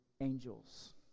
angels